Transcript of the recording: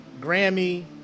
Grammy